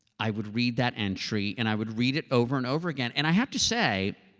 i would read that entry, and i would read it over and over again, and i have to say,